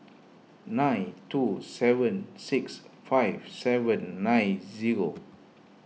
nine two seven six five seven nine zero